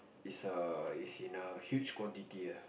it's a it's in a huge quantity ah